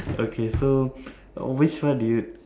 okay so which one do you